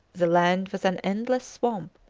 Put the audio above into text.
the land was an endless swamp,